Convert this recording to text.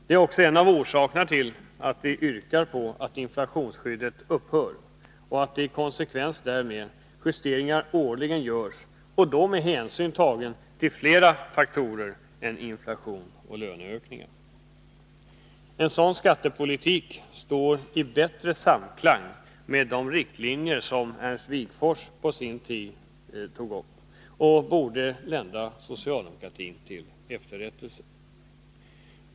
Det är också en av orsakerna till att vi yrkar att inflationsskyddet upphör och att i konsekvens därmed justeringar årligen görs, då med hänsyn tagen till flera faktorer än inflation och löneökningar. En sådan skattepolitik står i bättre samklang med de riktlinjer som Ernst Wigforss på sin tid drog upp och borde lända socialdemokratin till efterrättelse.